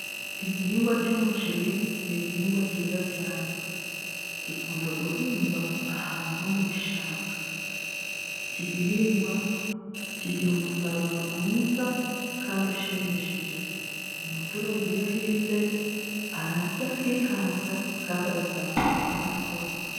Igihingwa cy'umuceri ni igihingwa cyiza cyane. Gikunda guhingwa ahantu ho mu bishanga. Iki gihingwa kigira umusaruro mwiza kandi ushimishije. Umuturage iyo ahinze ararya akihaza kandi agasagurira n'amasoko.